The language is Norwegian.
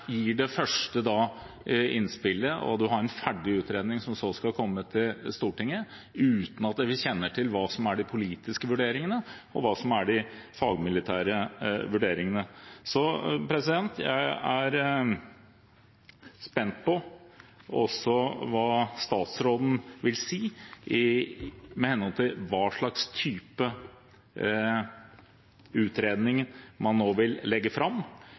det første innspillet, og man har en ferdig utredning som så skal komme til Stortinget uten at vi kjenner til hva som er de politiske vurderingene, og hva som er de fagmilitære vurderingene. Så jeg er spent på hva statsråden vil si om hva slags type utredning man nå vil legge fram,